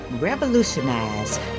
revolutionize